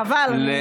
חבל.